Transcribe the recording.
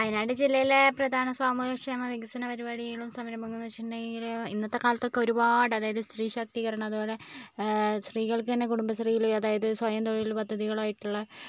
വയനാട് ജില്ലയിലെ പ്രധാന സാമൂഹികക്ഷേമ വികസന പരിപാടികളും സംരംഭണങ്ങളുമെന്നു വെച്ചിട്ടുണ്ടെങ്കിൽ ഇന്നത്തെ കാലത്തൊക്കെ ഒരുപാട് അതായത് സ്ത്രീ ശക്തീകരണം അതുപോലെ സ്ത്രീകൾക്ക് തന്നെ കുടുംബശ്രീയിൽ അതായത് സ്വയംതൊഴിൽ പദ്ധതികളായിട്ടുള്ള